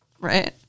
Right